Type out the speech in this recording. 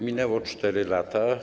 Minęły 4 lata.